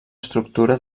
estructura